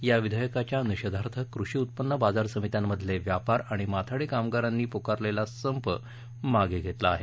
या विधेयकाच्या निषेधार्थ कृषी उत्पन्न बाजार समित्यांमधले व्यापार आणि माथाडी कामगारांनी पुकारलेल्या संप मागे घेतला आहे